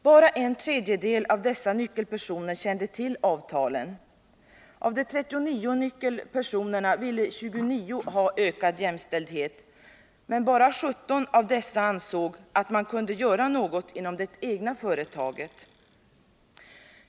Bara en tredjedel av dessa nyckelpersoner kände till avtalen. Av de 39 nyckelpersonerna ville 29 ha ökad jämställdhet — men bara 17 av dessa ansåg att man kunde göra något inom det egna företaget.